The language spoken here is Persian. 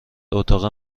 اتاق